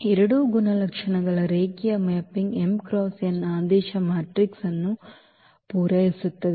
ಎರಡೂ ಗುಣಲಕ್ಷಣಗಳ ರೇಖೀಯ ಮ್ಯಾಪಿಂಗ್ m × n ಆದೇಶದ ಮ್ಯಾಟ್ರಿಕ್ಸ್ ಅನ್ನು ಪೂರೈಸುತ್ತದೆ